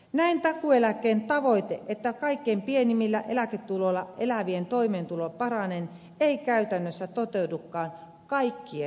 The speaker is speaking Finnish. näin takuueläkkeen tavoite että kaikkein pienimmillä eläketuloilla elävien toimeentulo paranee ei käytännössä toteudukaan kaikkien osalta